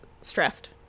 stressed